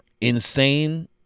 insane